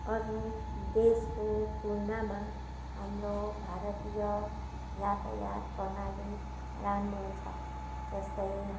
अरू देशको तुलनामा हाम्रो भारतीय यातायात प्रणाली राम्रो छ जस्तै